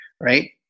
right